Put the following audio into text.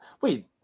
wait